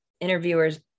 interviewers